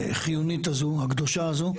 החיונית הזו, הקדושה הזו.